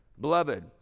Beloved